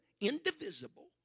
indivisible